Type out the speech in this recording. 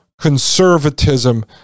conservatism